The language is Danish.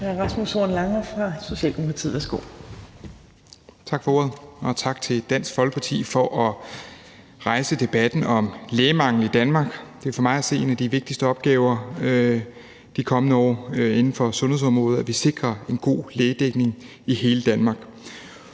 Rasmus Horn Langhoff (S): Tak for ordet, og tak til Dansk Folkeparti for at rejse debatten om lægemangel i Danmark. Det er for mig at se en af de vigtigste opgaver i de kommende år inden for sundhedsområdet, at vi sikrer en god lægedækning i hele Danmark.